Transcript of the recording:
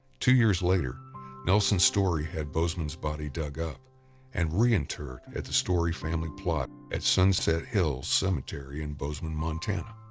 two years later nelson story had bozeman's body dug up and reinterred at the story family plot at sunset hills cemetery in bozeman, montana.